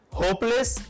hopeless